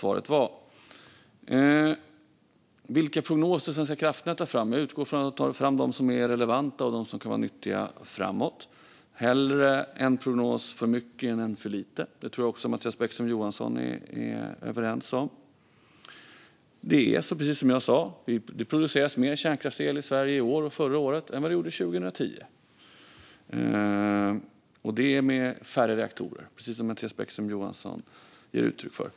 När det gäller vilka prognoser Svenska kraftnät tar fram utgår jag från att de tar fram de som är relevanta och som kan vara nyttiga framåt. Hellre en prognos för mycket än en för lite. Det tror jag att Mattias Bäckström Johansson håller med om. Precis som jag sa producerades det mer kärnkraftsel i Sverige i år och förra året än vad det gjorde 2010, och det med färre reaktorer, som också Mattias Bäckström Johansson gav uttryck för.